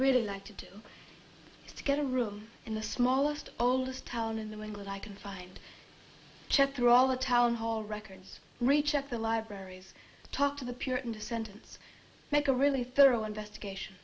really like to do to get a room in the smallest owners town in the english i can find through all the town hall records recheck the libraries talk to the puritan descendants make a really thorough investigation